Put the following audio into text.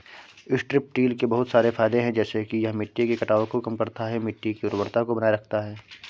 strip till के बहुत सारे फायदे हैं जैसे कि यह मिट्टी के कटाव को कम करता है, मिट्टी की उर्वरता को बनाए रखता है